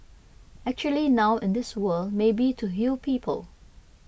actually now in this world maybe to heal people